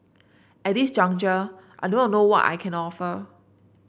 at this juncture I do not know what I can offer